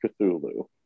Cthulhu